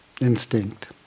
instinct